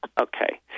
Okay